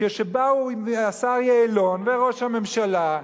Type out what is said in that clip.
כשבאו השר יעלון וראש הממשלה,